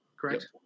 correct